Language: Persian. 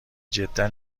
جدا